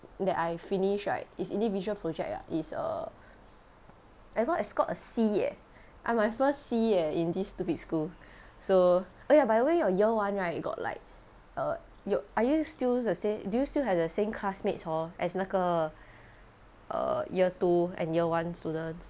that I finish right is individual project ah is a I got I scored a C eh uh my first C eh in this stupid school so oh ya by the way your year one right got like err you are you still the same do you still have the same classmates hor as 那个 err year two and year one student